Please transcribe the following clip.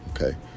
okay